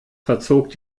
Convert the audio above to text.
verzog